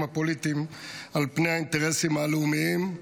הפוליטיים על פני האינטרסים הלאומיים.